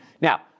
Now